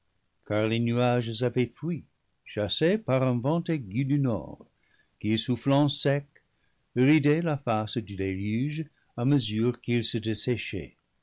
car les nuages avaient fui chassés par un vent aigu du nord qui soufflant sec ridait la face du déluge à mesure qu'il